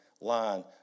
line